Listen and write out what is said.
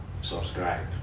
subscribe